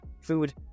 food